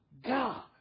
God